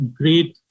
great